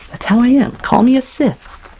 that's how i am. call me a sith,